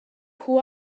who